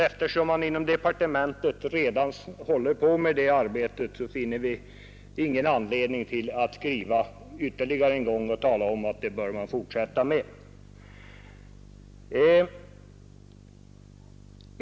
Eftersom man inom departementet redan håller på med denna sak, finner vi ingen anledning att skriva ytterligare en gång och tala om att det bör man fortsätta med.